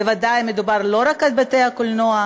בוודאי שמדובר לא רק על בתי-הקולנוע,